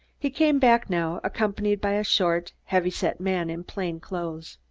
he came back now, accompanied by a short heavy-set man in plain clothes.